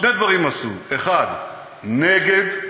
שני דברים עשו: 1. נגד,